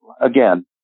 again